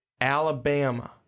Alabama